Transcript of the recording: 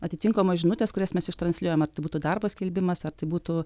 atitinkamos žinutės kurias mes ištransliuojam ar tai būtų darbo skelbimas ar tai būtų